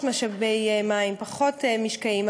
פחות משאבי מים, פחות משקעים.